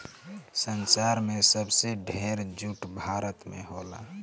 संसार में सबसे ढेर जूट भारत में होला